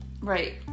Right